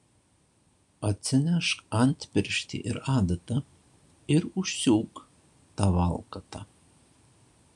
atsinešk antpirštį ir adatą ir užsiūk tą valkatą